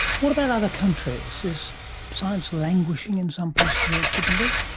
what about other countries? is science languishing in some places where it shouldn't be?